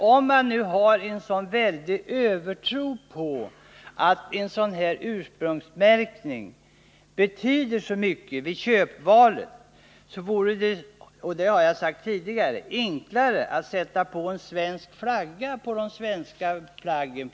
Om man nu har en väldig övertro på att en ursprungsmärkning betyder så mycket vid köpvalet — detta har jag sagt tidigare — vore det enklare att sätta en svensk flagga på de svenska plaggen.